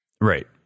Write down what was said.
right